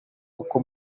uko